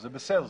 וזה בסדר,